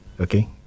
okay